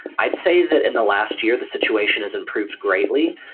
i'd say that in the last year the situation has improved greatly.